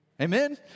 Amen